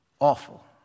awful